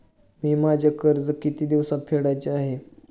मी माझे कर्ज किती दिवसांत फेडायचे आहे?